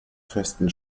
festen